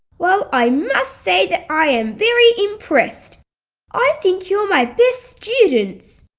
well i must say that i am very impressed i think you're my best students!